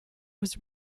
was